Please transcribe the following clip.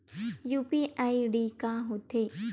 UPI ID का होथे?